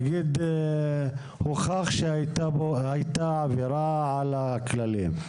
נגיד הוכח שהייתה עבירה על הכללים,